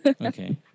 Okay